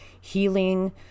healing